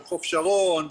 בחוף שרון,